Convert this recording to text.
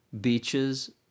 Beaches